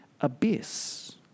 abyss